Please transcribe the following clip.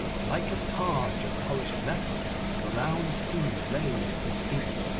like a targe of polished metal the round sea lay at his feet,